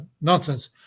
nonsense